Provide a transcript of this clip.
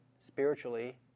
Spiritually